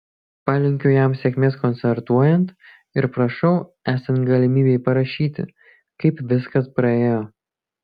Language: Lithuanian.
palinkiu jam sėkmės koncertuojant ir prašau esant galimybei parašyti kaip viskas praėjo